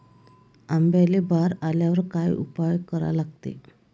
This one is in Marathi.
आंब्याले बार आल्यावर काय उपाव करा लागते?